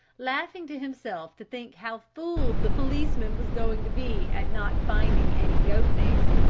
laughing to himself to think how fooled the policeman was going to be at not finding any goat there.